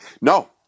No